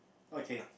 okay